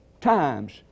times